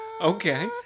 Okay